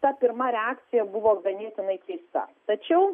ta pirma reakcija buvo ganėtinai keista tačiau